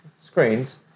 screens